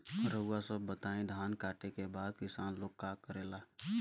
रउआ सभ बताई धान कांटेके बाद किसान लोग का करेला?